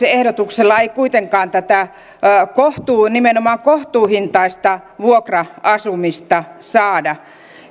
ehdotuksella ei kuitenkaan nimenomaan tätä kohtuuhintaista vuokra asumista saada